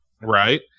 right